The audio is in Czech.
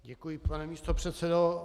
Děkuji, pane místopředsedo.